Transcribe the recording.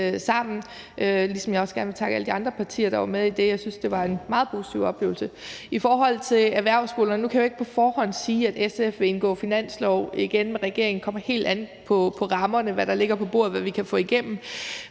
ligesom jeg også gerne vil takke alle de andre partier, der var med i det; jeg synes, det var en meget positiv oplevelse. I forhold til erhvervsskolerne vil jeg sige: Nu kan jeg jo ikke på forhånd sige, at SF vil indgå finanslov med regeringen igen. Det kommer helt an på rammerne, altså hvad der ligger på bordet, hvad vi kan få igennem.